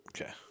Okay